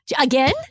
again